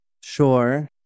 Sure